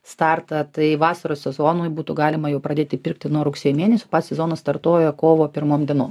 startą tai vasaros sezonui būtų galima jau pradėti pirkti nuo rugsėjo mėnesio pats sezonas startuoja kovo pirmom dienom